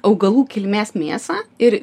augalų kilmės mėsą ir